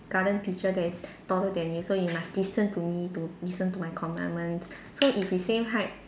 ~garten teacher that is taller than you so you must listen to me to listen to my commandments so if we same height